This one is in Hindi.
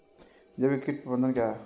जैविक कीट प्रबंधन क्या है?